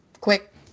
quick